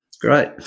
Great